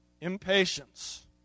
Impatience